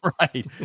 Right